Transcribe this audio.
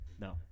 no